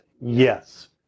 yes